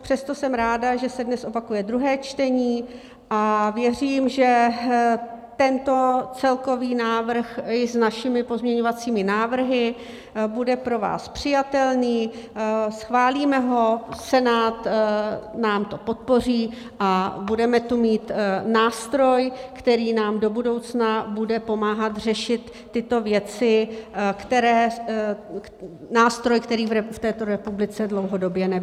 Přesto jsem ráda, že se dnes opakuje druhé čtení, a věřím, že tento celkový návrh i s našimi pozměňovacími návrhy bude pro vás přijatelný, schválíme ho, Senát nám to podpoří a budeme tu mít nástroj, který nám do budoucna bude pomáhat řešit tyto věci, nástroj, který v této republice dlouhodobě nebyl.